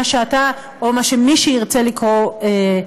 מה שאתה או מה שמי שירצה לקרוא,